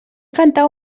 cantar